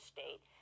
State